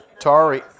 Tari